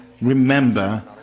remember